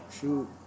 Shoot